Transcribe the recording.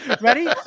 Ready